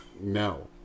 no